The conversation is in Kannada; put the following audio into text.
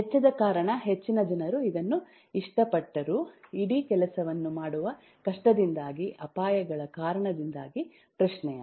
ವೆಚ್ಚದ ಕಾರಣ ಹೆಚ್ಚಿನ ಜನರು ಇದನ್ನು ಇಷ್ಟಪಟ್ಟರು ಇಡೀ ಕೆಲಸವನ್ನು ಮಾಡುವ ಕಷ್ಟದಿಂದಾಗಿ ಅಪಾಯಗಳ ಕಾರಣದಿಂದಾಗಿ ಪ್ರಶ್ನೆಯಾಗಿದೆ